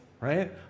Right